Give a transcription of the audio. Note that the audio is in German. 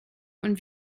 und